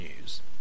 news